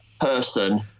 person